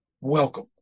Welcome